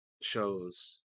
shows